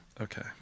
Okay